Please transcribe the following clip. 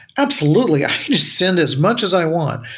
absolutely. i can just send as much as i want.